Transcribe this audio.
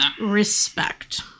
Respect